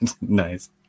nice